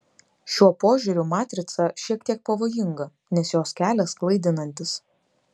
šiuo požiūriu matrica šiek tiek pavojinga nes jos kelias klaidinantis